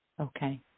Okay